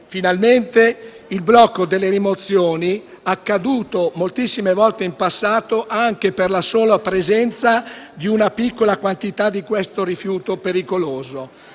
finalmente il blocco delle rimozioni, accaduto moltissime volte in passato, anche per la sola presenza di una piccola quantità di questo rifiuto pericoloso.